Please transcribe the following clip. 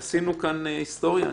אני חושב שעשינו כאן היסטוריה,